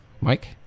Mike